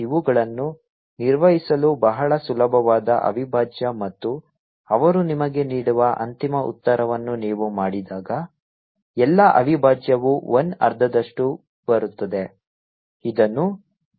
ಇವುಗಳನ್ನು ನಿರ್ವಹಿಸಲು ಬಹಳ ಸುಲಭವಾದ ಅವಿಭಾಜ್ಯ ಮತ್ತು ಅವರು ನಿಮಗೆ ನೀಡುವ ಅಂತಿಮ ಉತ್ತರವನ್ನು ನೀವು ಮಾಡಿದಾಗ ಎಲ್ಲಾ ಅವಿಭಾಜ್ಯವು 1 ಅರ್ಧದಷ್ಟು ಬರುತ್ತದೆ